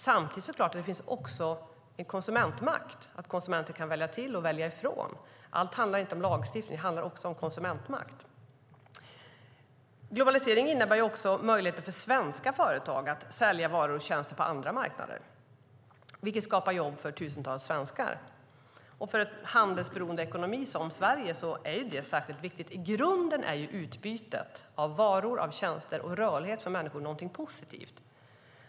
Samtidigt finns det såklart en konsumentmakt, att konsumenter kan välja till och välja från. Allt handlar inte om lagstiftning; det handlar också om konsumentmakt. Globalisering innebär möjligheter för svenska företag att sälja varor och tjänster på andra marknader, vilket skapar jobb åt tusentals svenskar. För en handelsberoende ekonomi som Sverige är det särskilt viktigt. I grunden är utbytet av varor och tjänster och rörlighet för människor någonting positivt.